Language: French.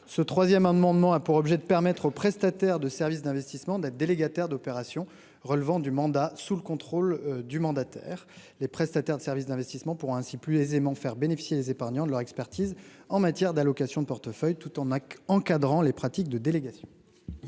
le ce 3ème amendement a pour objet de permettre aux prestataires de services d'investissement des délégataires d'opérations relevant du mandat sous le contrôle du mandataire, les prestataires de services d'investissement pour ainsi plus aisément faire bénéficier les épargnants de leur expertise en matière d'allocations de portefeuilles tout Enak encadrant les pratiques de délégation.